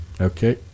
Okay